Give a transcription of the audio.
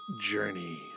journey